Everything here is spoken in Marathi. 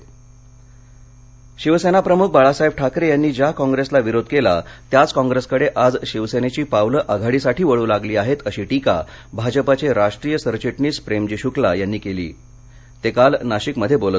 शक्ला नाशिक शिवसेना प्रमुख बाळासाहेब ठाकरे यांनी ज्या काँग्रेसला विरोध केला त्याच काँग्रेसकडे आज शिवसेनेची पावले आघाडीसाठी वळू लागली आहेत अशी टीका भाजपचे राष्ट्रीय सरचिटणीस प्रेमजी शुक्ला यांनी काल नाशिक मध्ये केली